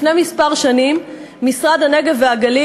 לפני שנים מספר הציע המשרד לפיתוח הנגב והגליל